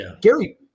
Gary